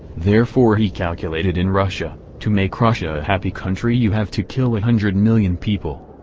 therefore he calculated in russia, to make russia a happy country you have to kill a hundred million people.